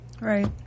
Right